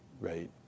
right